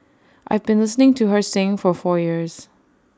I've been listening to her sing for four years